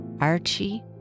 Archie